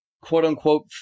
quote-unquote